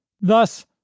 Thus